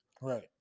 Right